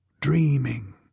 dreaming